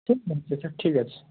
sir ঠিক আছে